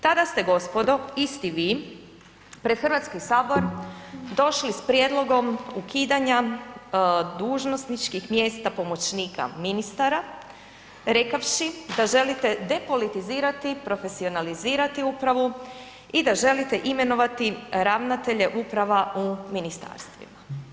Tada ste gospodo, isti vi, pred HS došli s prijedlogom ukidanja dužnosničkih mjesta pomoćnika ministara rekavši da želite depolitizirati, profesionalizirati upravu i da želite imenovati ravnatelje uprava u ministarstvima.